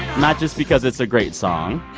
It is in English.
not just because it's a great song,